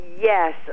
Yes